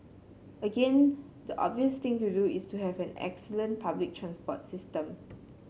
again the obvious thing to do is to have an excellent public transport system